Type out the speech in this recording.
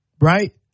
right